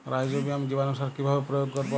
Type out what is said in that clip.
Rhizobium জীবানুসার কিভাবে প্রয়োগ করব?